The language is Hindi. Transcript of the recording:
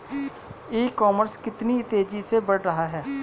ई कॉमर्स कितनी तेजी से बढ़ रहा है?